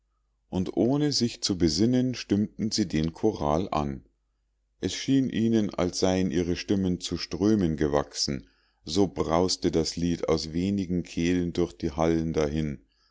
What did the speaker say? und ohne sich zu besinnen stimmten sie den choral an es schien ihnen als seien ihre stimmen zu strömen gewachsen so brauste das lied aus wenigen kehlen durch die hallen dahin